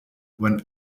when